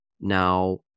Now